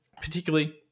particularly